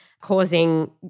causing